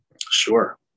Sure